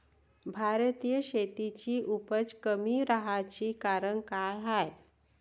भारतीय शेतीची उपज कमी राहाची कारन का हाय?